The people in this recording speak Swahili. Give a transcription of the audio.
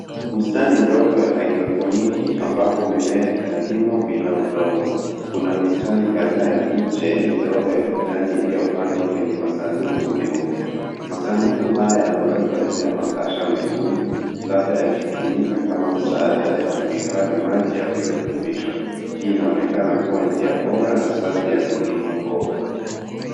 Bustani ndogo ya hydroponic ambapo mimea inalimwa bila udongo. Kuna mistari kadhaa ya miche midogo ya kijani iliyopandwa kwenye masanduku meupe. Masanduku haya yamewekwa juu ya makasha mekundu labda yakitumika kama msaada na kuhifadhi maji ya virutubisho. Hii inaonekana kuwa njia bora na safi ya kulima mboga.